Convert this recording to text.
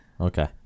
Okay